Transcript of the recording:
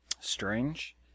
strange